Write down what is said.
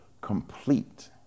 complete